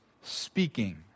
speaking